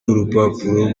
urupapuro